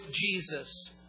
Jesus